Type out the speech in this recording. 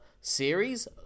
series